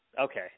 Okay